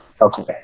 Okay